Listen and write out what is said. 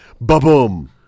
Ba-boom